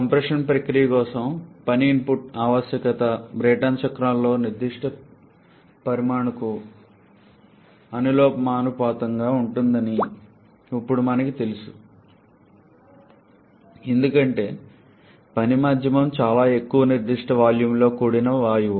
compression ప్రక్రియ కోసం పని ఇన్పుట్ ఆవశ్యకత బ్రేటన్ చక్రంలోని నిర్దిష్ట పరిమాణముకు అనులోమానుపాతంలో ఉంటుందని ఇప్పుడు మనకు తెలుసు ఎందుకంటే పని మాధ్యమం చాలా ఎక్కువ నిర్దిష్ట వాల్యూమ్లతో కూడిన వాయువు